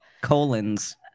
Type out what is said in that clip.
colons